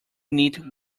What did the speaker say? neat